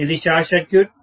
ఇది short circuit